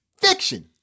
fiction